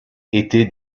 était